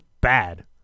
bad